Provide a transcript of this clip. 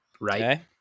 right